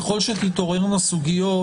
ככל שתתעוררנה סוגיות,